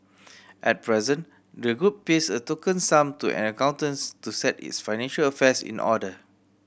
at present the group pays a token sum to an accountants to set its financial affairs in order